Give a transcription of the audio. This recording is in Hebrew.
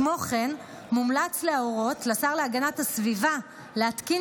כמו כן מומלץ להורות לשר להגנת הסביבה להתקין